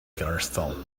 crystal